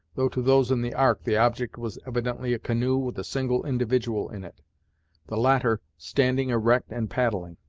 though to those in the ark the object was evidently a canoe with a single individual in it the latter standing erect and paddling.